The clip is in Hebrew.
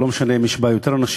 ולא משנה אם יש בה יותר אנשים,